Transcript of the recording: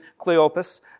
Cleopas